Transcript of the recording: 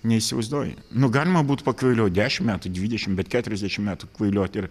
neįsivaizduoju nu galima būti pakvailiot dešimt metų dvidešimt bet keturiasdešimt metų kvailiot ir